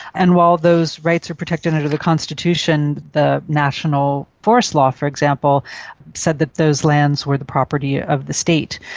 and while those rights are protected under the constitution, the national forest law for example said that those lands where the property of the state.